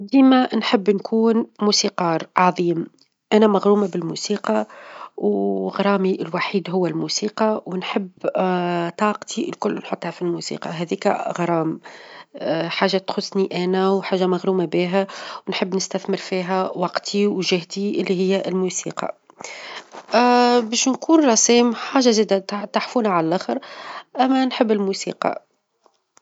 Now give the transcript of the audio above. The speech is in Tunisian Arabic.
ديما نحب نكون موسيقار عظيم، أنا مغرومة بالموسيقى، و غرامي الوحيد هو الموسيقى، ونحب طاقتي الكل نحطها في الموسيقى هذيك غرام، حاجة تخصني أنا، وحاجة مغرومة بها، ونحب نستثمر فيها وقتي، وجهدي اللي هي الموسيقى، باش نكون رسام حاجة جدًا -ت- تحفون على اللخر، أما نحب الموسيقى.